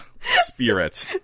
spirit